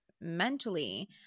mentally